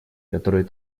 который